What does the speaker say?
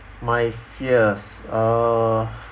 my fears uh